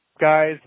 guys